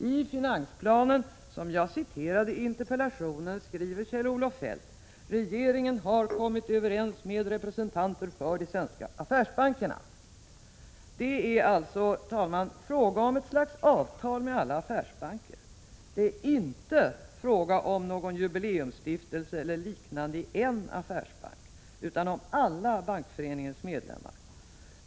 I finansplanen, som jag citerade i interpellationen, skriver Kjell-Olof Feldt: ”Regeringen har kommit överens med representanter för de svenska affärsbankerna —--.” Det är alltså fråga om ett slags avtal med alla affärsbanker. Det är inte fråga om någon jubileumsstiftelse eller liknande i en affärsbank utan om alla Bankföreningens medlemmar.